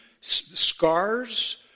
scars